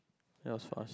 that was fun